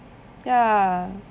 ya